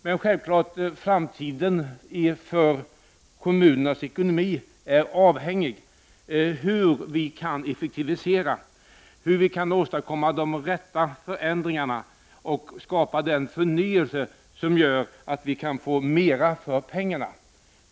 Men kommunernas ekonomi i framtiden är självfallet avhängig av hur vi kan effektivisera, åstadkomma de rätta förändringarna och skapa den förnyelse som gör att man kan få mer för pengarna.